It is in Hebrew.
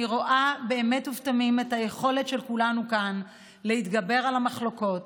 אני רואה באמת ובתמים את היכולת של כולנו כאן להתגבר על המחלוקות